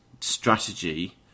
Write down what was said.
strategy